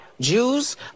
Jews